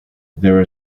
there